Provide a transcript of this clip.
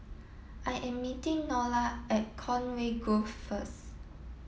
I am meeting Nola at Conway Grove first